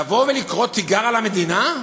לבוא ולקרוא תיגר על המדינה,